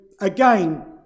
again